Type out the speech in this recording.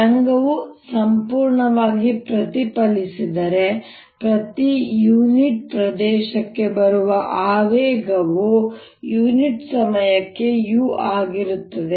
ತರಂಗವು ಸಂಪೂರ್ಣವಾಗಿ ಪ್ರತಿಫಲಿಸಿದರೆ ಪ್ರತಿ ಯೂನಿಟ್ ಪ್ರದೇಶಕ್ಕೆ ಬರುವ ಆವೇಗವು ಯುನಿಟ್ ಸಮಯಕ್ಕೆ u ಆಗಿರುತ್ತದೆ